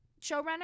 showrunner